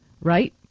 right